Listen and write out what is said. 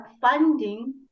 funding